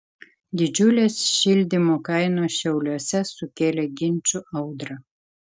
didžiulės šildymo kainos šiauliuose sukėlė ginčų audrą